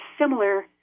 similar